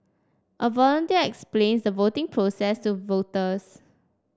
a volunteer explains the voting process to voters